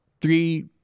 three